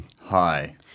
Hi